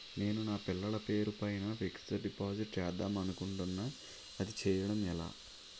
నేను నా పిల్లల పేరు పైన ఫిక్సడ్ డిపాజిట్ చేద్దాం అనుకుంటున్నా అది చేయడం ఎలా?